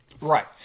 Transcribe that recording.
right